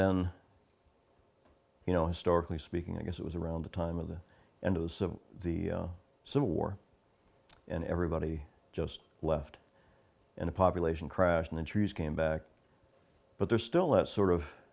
then you know historically speaking i guess it was around the time of the end of the civil war and everybody just left in a population crash and the trees came back but there's still that sort of